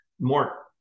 More